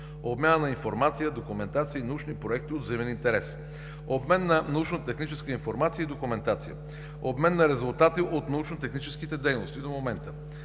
обмяна на информация, документация и научни проекти от взаимен интерес; обмен на научно-техническа информация и документация; обмен на резултати от научно-техническите дейности до момента;